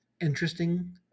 interesting